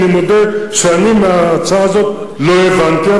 אני מודה שאני מההצעה הזאת לא הבנתי.